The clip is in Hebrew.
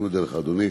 אני מודה לך, אדוני.